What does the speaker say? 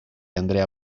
andrea